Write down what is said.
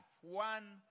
one